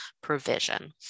provision